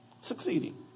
Succeeding